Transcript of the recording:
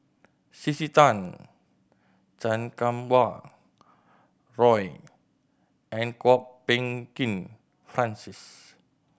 C C Tan Chan Kum Wah Roy and Kwok Peng Kin Francis